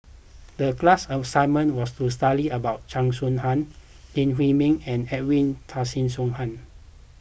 the class assignment was to study about Chan Soh Ha Lee Huei Min and Edwin Tessensohn